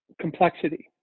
complexity